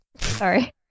Sorry